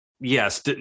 Yes